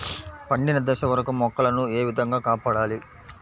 పండిన దశ వరకు మొక్కల ను ఏ విధంగా కాపాడాలి?